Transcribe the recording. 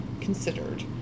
considered